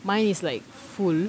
mine is like full